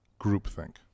groupthink